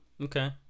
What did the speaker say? okay